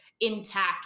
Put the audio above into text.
intact